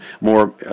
more